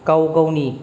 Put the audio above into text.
गाव गावनि